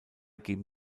geben